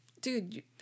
dude